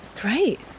Great